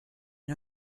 and